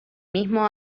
mismo